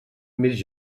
més